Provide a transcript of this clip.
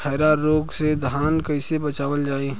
खैरा रोग से धान कईसे बचावल जाई?